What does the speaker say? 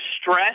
stress